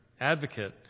advocate